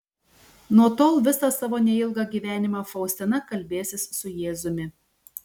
nuo tol visą savo neilgą gyvenimą faustina kalbėsis su jėzumi